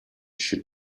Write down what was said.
should